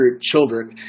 children